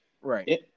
Right